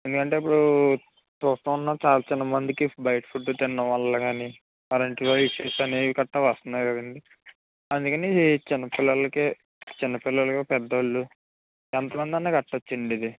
ఎందుకంటే ఇప్పుడు చూస్తున్నాం చాలా చిన్న మందికి బయట ఫుడ్డు తినడం వల్ల కానీ వాళ్ల ఇంట్లో ఇష్యూస్ అనేవి గట్రా వస్తున్నాయి కదండీ అందుకని చిన్న పిల్లలకి చిన్నపిల్లలకి పెద్దోళ్ళు ఎంతమందన్నా కట్టొచ్చండి ఇది